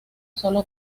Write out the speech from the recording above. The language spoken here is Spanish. solo